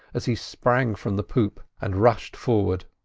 as he sprang from the poop and rushed forward.